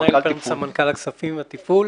אני סמנכ"ל הכספים והתפעול.